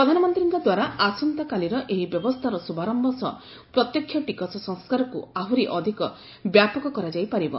ପ୍ରଧାନମନ୍ତ୍ରୀଙ୍କ ଦ୍ୱାରା ଆସନ୍ତାକାଲିର ଏହି ବ୍ୟବସ୍କାର ଶ୍ରୁଭାରମ୍ଭ ସହ ପ୍ରତ୍ୟକ୍ଷ ଟିକସ ସଂସ୍କାରକୁ ଆହୁରି ଅଧିକ ବ୍ୟାପକ କରାଯାଇ ପାରିବ